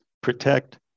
protect